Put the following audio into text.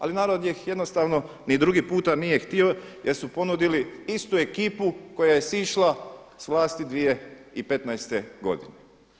Ali narod ih jednostavno ni drugi puta nije htio jer su ponudili istu ekipu koja je sišla s vlasti 2015. godine.